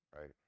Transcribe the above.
Right